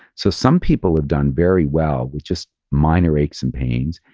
so some people have done very well with just minor aches and pains.